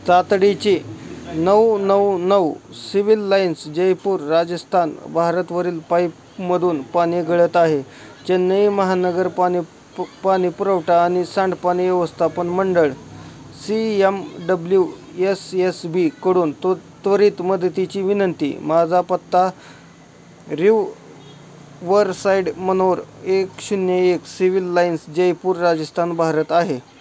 तातडीचे नऊ नऊ नऊ सिव्हिल लाईन्स जयपूर राजस्थान भारतवरील पाईपमधून पाणी गळत आहे चेन्नई महानगर पाणी प पाणी पुरवठा आणि सांडपाणी व्यवस्थापन मंडळ C M W S S बीकडून तो त्वरित मदतीची विनंती माझा पत्ता रिव वर साइड मनोर एक शून्य एक सिव्हिल लाईन्स जयपूर राजस्थान भारत आहे